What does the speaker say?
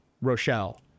Rochelle